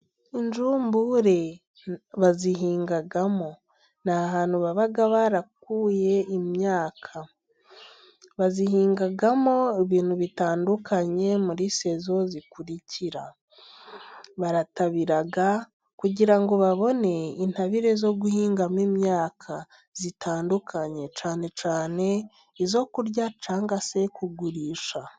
Injumbure bazihingamo. Ni ahantu baba barakuye imyaka. bazihingamo ibintu bitandukanye muri sezo zikurikira. Baratabira kugira ngo babone intabire zo guhingamo imyaka itandukanye cyane cyane iyo kurya cyangwa kugurisha.